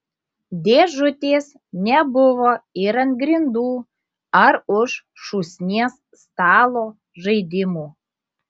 dėžutės nebuvo ir ant grindų ar už šūsnies stalo žaidimų